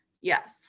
Yes